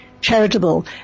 charitable